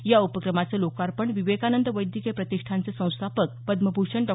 या उपक्रमाचं लोकार्पण विवेकानंद वैद्यकीय प्रतिष्ठानचे संस्थापक पद्मभूषण डॉ